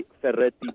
Ferretti